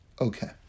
Okay